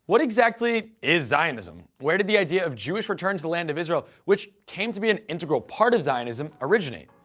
what exactly is zionism? where did the idea of jewish return to the land of israel, which came to be an integral part of zionism, originate?